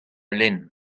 lenn